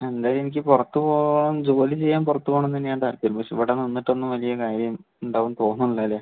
ആ എന്തായാലും എനിക്ക് പുറത്ത് പോവാൻ ജോലി ചെയ്യാൻ പുറത്ത് പോകണമെന്ന് തന്നെയാ താൽപ്പര്യം പക്ഷെ ഇവിടെ നിന്നിട്ട് ഒന്നും വലിയ കാര്യം ഉണ്ടാകും തോന്നണില്ല അല്ലേ